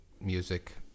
music